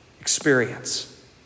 experience